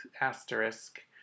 asterisk